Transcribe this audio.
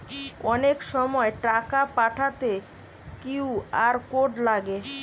অনেক সময় টাকা পাঠাতে কিউ.আর কোড লাগে